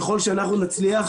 ככל שאנחנו נצליח,